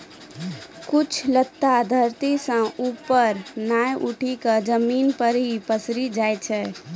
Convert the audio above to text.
कुछ लता धरती सं ऊपर नाय उठी क जमीन पर हीं पसरी जाय छै